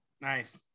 nice